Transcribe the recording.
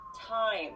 time